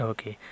Okay